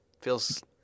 Feels